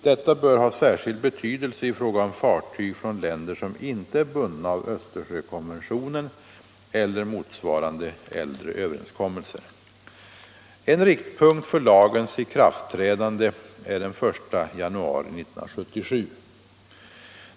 Detta bör ha särskild betydelse i fråga om fartyg från länder som inte är bundna av Östersjökonventionen eller motsvarande äldre överenskommelser. En riktpunkt för lagens ikraftträdande är den 1 januari 1977.